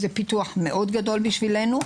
זה פיתוח מאוד גדול בשבילנו,